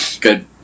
good